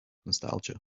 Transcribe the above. nostalgia